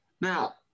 Now